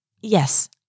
yes